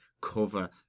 cover